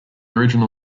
original